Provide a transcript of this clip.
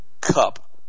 cup